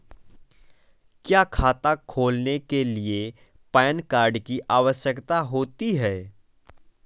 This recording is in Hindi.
क्या खाता खोलने के लिए पैन कार्ड की आवश्यकता होती है?